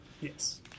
Yes